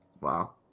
Wow